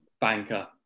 banker